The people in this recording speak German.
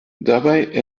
dabei